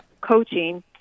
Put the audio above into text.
Coaching